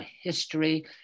history